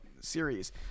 series